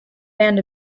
band